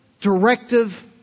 directive